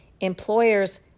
employers